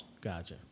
Gotcha